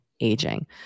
aging